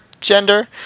gender